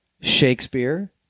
Shakespeare